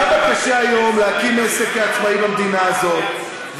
כמה קשה היום להקים עסק כעצמאי במדינה הזאת,